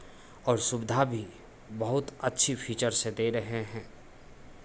और सुविधा भी बहुत अच्छी फ़ीचर्स दे रहे हैं